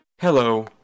Hello